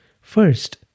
First